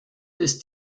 ist